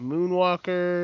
Moonwalker